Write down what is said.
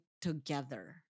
together